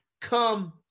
come